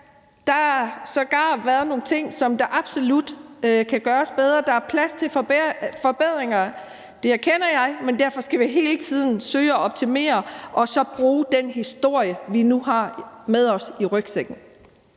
har sågar været nogle ting, der absolut kan gøres bedre, og der er plads til forbedringer. Det erkender jeg, men derfor skal vi hele tiden søge at optimere og så bruge den historie, vi nu har med os i rygsækken.